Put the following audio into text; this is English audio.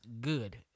good